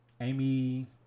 Amy